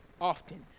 often